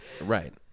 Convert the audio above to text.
Right